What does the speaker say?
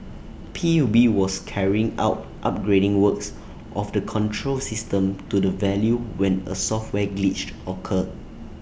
P U B was carrying out upgrading works of the control system to the valve when A software glitch occurred